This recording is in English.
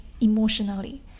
emotionally